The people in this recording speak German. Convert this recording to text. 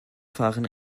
fahren